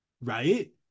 Right